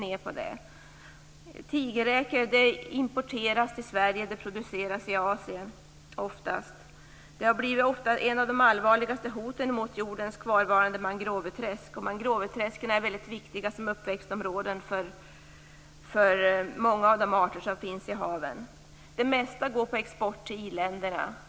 Tigerräkor produceras oftast i Asien och importeras till Sverige. Odlingen av tigerräkor har blivit ett av de allvarligaste hoten mot jordens kvarvarande mangroveträsk, och mangroveträsken är mycket viktiga som uppväxtområden för många av de arter som finns i haven. Det mesta av tigerräkorna går på export till i-länderna.